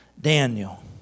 Daniel